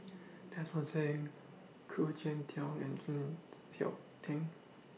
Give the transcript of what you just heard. Desmond SIM Khoo Cheng Tiong and Chng Seok Tin